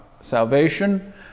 salvation